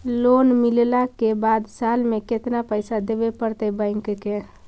Loan मिलला के बाद साल में केतना पैसा देबे पड़तै बैक के?